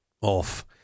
off